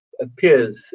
appears